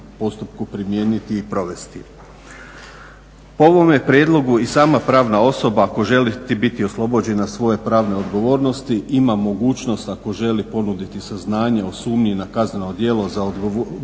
postupku primijeniti i provesti. Po ovome prijedlogu i sama pravna osoba ako želi biti oslobođena svoje pravne odgovornosti ima mogućnost ako želi ponuditi saznanja o sumnji na kazneno djelo za odgovorne